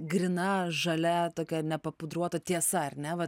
gryna žalia tokia nepapudruota tiesa ar ne va